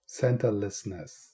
Centerlessness